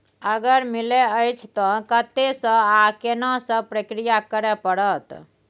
अगर मिलय अछि त कत्ते स आ केना सब प्रक्रिया करय परत?